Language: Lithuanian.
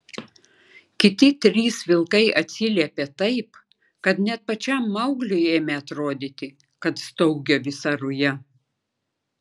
kiti trys vilkai atsiliepė taip kad net pačiam maugliui ėmė atrodyti kad staugia visa ruja